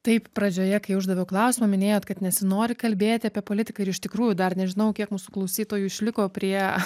taip pradžioje kai uždaviau klausimą minėjot kad nesinori kalbėti apie politiką ir iš tikrųjų dar nežinau kiek mūsų klausytojų išliko prie